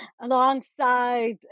alongside